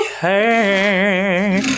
Hey